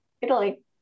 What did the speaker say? italy